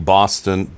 Boston